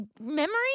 memory